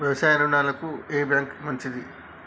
వ్యవసాయ రుణాలకు ఏ బ్యాంక్ మంచిది?